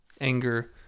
anger